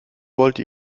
wollte